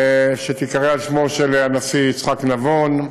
שתיקרא על שמו של הנשיא יצחק נבון,